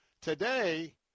today